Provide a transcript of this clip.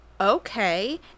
Okay